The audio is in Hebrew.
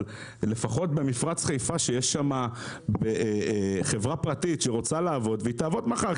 אבל לפחות במפרץ חיפה שיש שם חברה פרטית שרוצה לעבוד והיא תעבוד מחר,